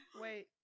Wait